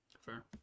Fair